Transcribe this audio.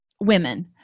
women